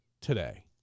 today